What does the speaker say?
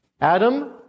Adam